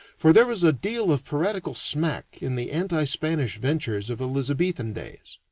for there was a deal of piratical smack in the anti-spanish ventures of elizabethan days.